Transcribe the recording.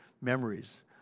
memories